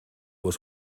was